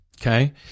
Okay